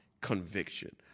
conviction